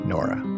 Nora